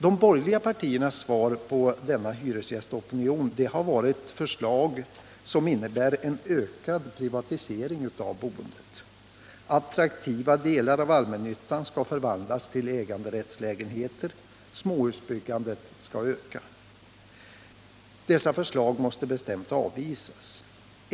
De borgerliga partiernas svar på denna hyresgästopinion har varit förslag, som innebär en ökad privatisering av boendet. Attraktiva delar av allmännyttan skall förvandlas till äganderättslägenheter, småhusbyggandet skall öka. Dessa förslag måste bestämt avvisas.